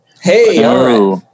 Hey